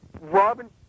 Robin